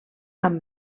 amb